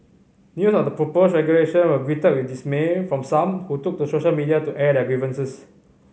news of the proposed regulation was greeted with dismay from some who took to social media to air their grievances